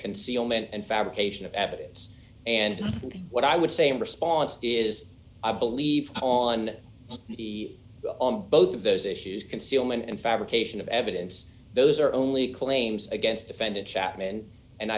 concealment and fabrication of evidence and what i would say my response is i believe on the on both of those issues concealment and fabrication of evidence those are only claims against defendant chapman and